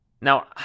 Now